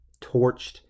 torched